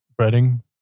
breading